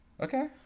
okay